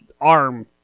arm